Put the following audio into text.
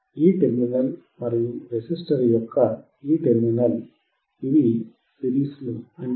ఈ టెర్మినల్ మరియు రెసిస్టర్ యొక్క ఈ టెర్మినల్ ఇవి సిరీస్లో ఉన్నాయి